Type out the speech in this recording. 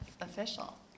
official